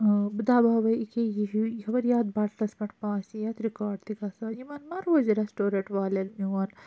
ٲں بہٕ دَباوَے أکہِ یہِ ہیو خبر یَتھ بٹنَس پؠٹھ ما آسہِ یَتھ رِکارڈ تہِ گژھان یِمَن ما روزِ ریٚسٹورَنٛٹ والؠن میون